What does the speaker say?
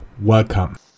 welcome